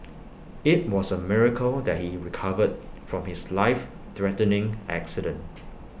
IT was A miracle that he recovered from his life threatening accident